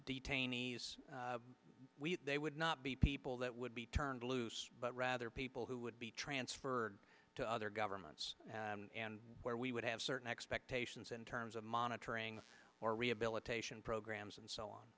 detainees they would not be all that would be turned loose but rather people who would be transferred to other governments and where we would have certain expectations in terms of monitoring or rehabilitation programs and so on